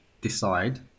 decide